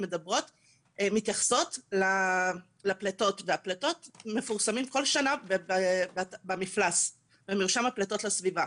הן מתייחסות לפליטות אשר מפורסמות כל שנה במרשם הפליטות לסביבה.